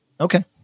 Okay